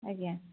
ଆଜ୍ଞା